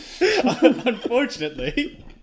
Unfortunately